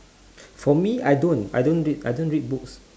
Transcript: for me I don't I don't read I don't read books